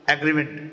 Agreement